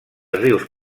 rius